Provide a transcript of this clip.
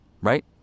right